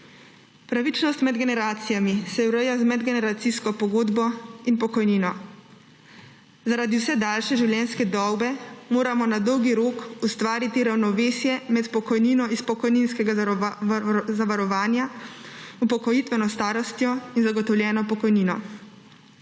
Pravičnost med generacijami se ureja z medgeneracijsko pogodbo in pokojnino. Zaradi vse daljše življenjske dobe moramo na dolgi rok ustvariti ravnovesje med pokojnino iz pokojninskega zavarovanja, upokojitveno starostjo in zagotovljeno pokojnino.